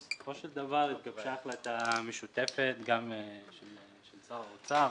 בסופו של דבר התגבשה החלטה משותפת גם של שר האוצר,